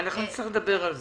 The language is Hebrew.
אנחנו נצטרך לדבר על זה.